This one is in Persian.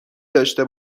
داشته